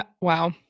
Wow